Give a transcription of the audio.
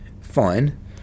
fine